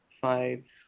five